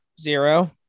Zero